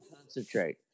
concentrate